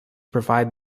provide